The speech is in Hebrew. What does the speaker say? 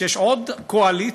שיש עוד קואליציה,